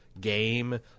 game